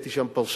הייתי שם פרשן,